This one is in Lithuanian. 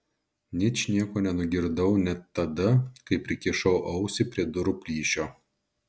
ničnieko nenugirdau net tada kai prikišau ausį prie durų plyšio